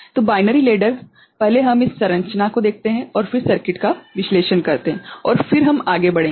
तो binary ladder पहले हम इस संरचना को देखते हैं और फिर सर्किट का विश्लेषण करते हैं और फिर हम आगे बढ़ेंगे